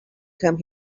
come